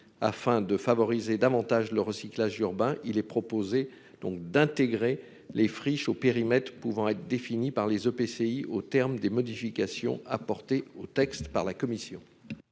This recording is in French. Afin de favoriser davantage le recyclage urbain, il est donc proposé d'intégrer les friches aux périmètres pouvant être définis par les EPCI aux termes des modifications apportées au texte par la commission.